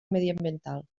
mediambiental